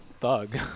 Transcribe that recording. thug